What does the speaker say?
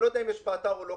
אני לא יודע אם יש באתר או לא,